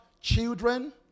children